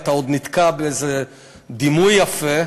אתה עוד נתקע באיזה דימוי יפה,